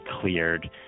cleared